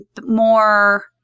more